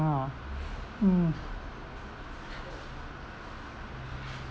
ah mm